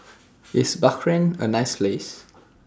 IS Bahrain A nice Place